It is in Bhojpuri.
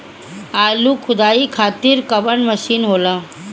आलू खुदाई खातिर कवन मशीन होला?